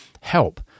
help